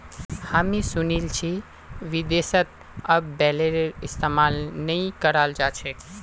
हामी सुनील छि विदेशत अब बेलरेर इस्तमाल नइ कराल जा छेक